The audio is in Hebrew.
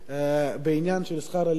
בעניין של שכר הלימוד.